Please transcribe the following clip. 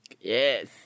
yes